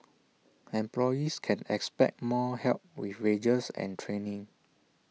employees can expect more help with wages and training